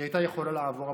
היא הייתה יכולה לעבור.